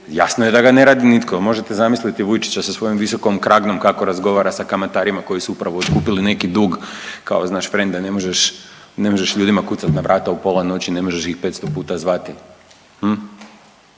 jasno je da ga ne radi nitko. Jel' možete zamisliti Vujčića sa svojom visokom kragnom kako razgovara sa kamatarima koji su upravo otkupili neki dug kao znaš frende ne možeš ljudima kucati na vrata u pola noći, ne možeš ih petsto puta zvati